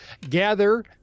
gather